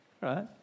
Right